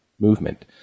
movement